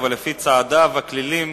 אבל לפי צעדיו הקלילים,